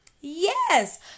Yes